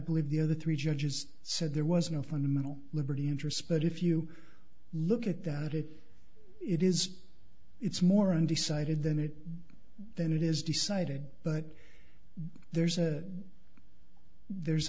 believe the other three judges said there was no fundamental liberty interest but if you look at that it it is it's more undecided than it than it is decided but there's a there's